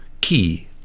key